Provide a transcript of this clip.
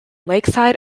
lakeside